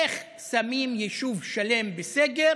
איך שמים יישוב שלם בסגר